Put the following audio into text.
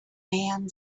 man